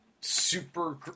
super